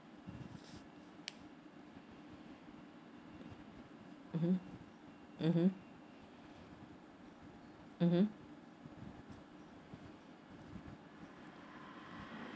mmhmm mmhmm mmhmm